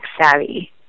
savvy